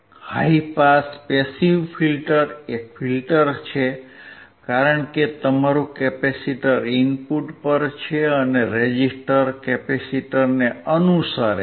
high pass passive filter એક filter છે કારણ કે તમારું કેપેસિટર ઇનપુટ પર છે અને રેઝિસ્ટર કેપેસિટરને અનુસરે છે